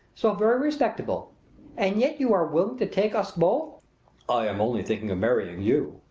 so very respectable and yet you are willing to take us both i am only thinking of marrying you,